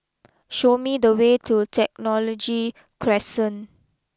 show me the way to Technology Crescent